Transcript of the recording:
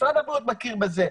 משרד הבריאות מכיר בזה,